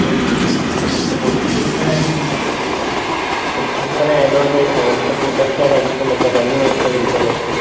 ആ ആ അപ്പോൾ ഫുഡ് പോയ്സൺ ആയതുകൊണ്ട് ഫുഡ് പോയ്സൺ ആയതുകൊണ്ട് എങ്ങനത്തെ ഫുഡ് ഒക്കെയാണ് കഴിക്കാൻ പറ്റുക കഞ്ഞി മാത്രമേ കുടിക്കാൻ പറ്റുള്ളൂ